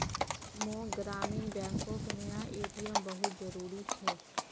मोक ग्रामीण बैंकोक नया ए.टी.एम बहुत जरूरी छे